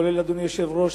כולל אדוני היושב-ראש,